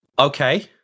Okay